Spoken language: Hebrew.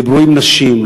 דיברו עם נשים,